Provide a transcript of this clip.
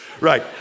Right